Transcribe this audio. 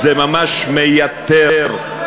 מה זה מפריע לך?